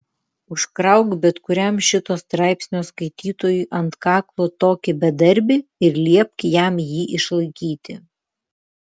užkrauk bet kuriam šito straipsnio skaitytojui ant kaklo tokį bedarbį ir liepk jam jį išlaikyti